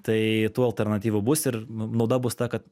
tai tų alternatyvų bus ir nauda bus ta kad